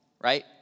Right